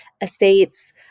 estates